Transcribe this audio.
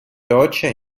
deutscher